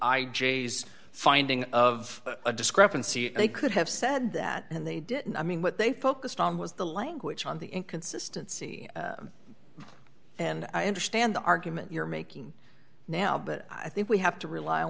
j s finding of a discrepancy they could have said that and they didn't i mean what they focused on was the language on the inconsistency and i understand the argument you're making now but i think we have to rely on